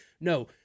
No